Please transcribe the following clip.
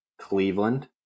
Cleveland